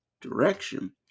direction